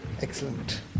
Excellent